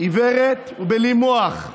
היא עיוורת, ובלי מוח.